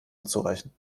unzureichend